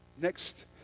next